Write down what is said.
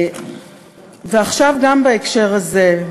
ועכשיו גם בהקשר הזה.